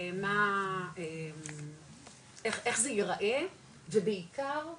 איך זה ייראה ובעיקר,